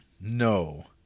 no